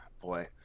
boy